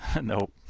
Nope